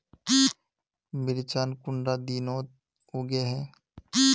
मिर्चान कुंडा दिनोत उगैहे?